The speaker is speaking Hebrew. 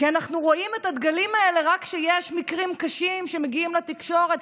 כי אנחנו רואים את הדגלים האלה רק כשיש מקרים קשים שמגיעים לתקשורת,